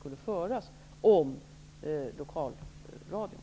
skulle föras om lokalradion.